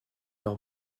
leur